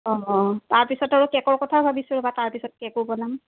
অঁ তাৰপিছত আৰু কেকৰ কথা ভাবিছোঁ ৰ'বা তাৰপিছত কেকো বনাম